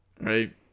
right